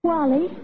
Wally